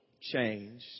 changed